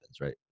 right